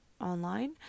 online